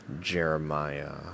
Jeremiah